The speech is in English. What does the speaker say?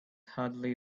hardly